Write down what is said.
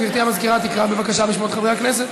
גברתי המזכירה תקרא בבקשה בשמות חברי הכנסת.